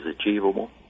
achievable